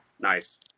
Nice